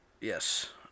Yes